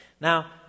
Now